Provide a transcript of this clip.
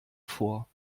vor